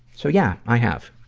so, yeah, i have.